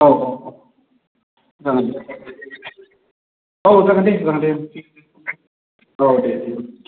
औ औ औ जागोन दे औ जागोन दे जागोन दे दे